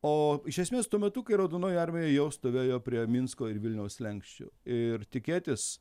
o iš esmės tuo metu kai raudonoji armija jau stovėjo prie minsko ir vilniaus slenksčių ir tikėtis